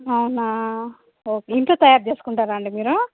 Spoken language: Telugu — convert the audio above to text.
అవునా ఓకే ఇంట్లో తయారు చేసుకుంటారా అండి మీరు